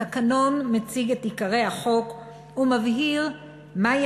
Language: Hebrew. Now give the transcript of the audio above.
התקנון מציג את עיקרי החוק ומבהיר מהי